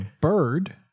bird